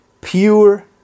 pure